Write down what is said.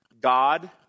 God